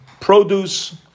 produce